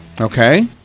Okay